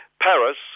paris